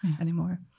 anymore